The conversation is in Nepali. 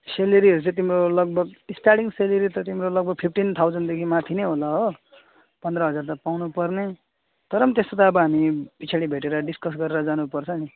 स्यालेरीहरू चाहिँ तिम्रो लगभग स्टार्टिङ स्यालेरी त तिम्रो लगभग फिफ्टिन थाउजन्डदेखि माथि नै होला हो पन्ध्र हजार त पाउनुपर्ने तर पनि त्यस्तो त अब हामी पछाडि भेटेर डिस्कस गरेर जानुपर्छ नि